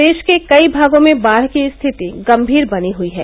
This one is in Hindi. प्रदेश के कई भागों में बाढ़ की स्थिति गंगीर बनी हुई है